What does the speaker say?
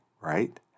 right